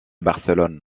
barcelone